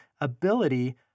ability